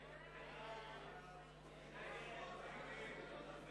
סעיף 46 הוא הסעיף